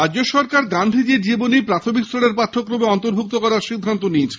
রাজ্য সরকার গান্ধীজির জীবনী প্রাথমিক স্তরের পাঠ্যক্রমে অন্তর্ভুক্ত করার সিদ্ধান্ত নিয়েছে